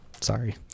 Sorry